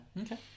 Okay